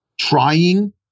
trying